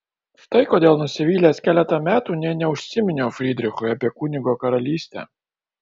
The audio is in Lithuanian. štai kodėl nusivylęs keletą metų nė neužsiminiau frydrichui apie kunigo karalystę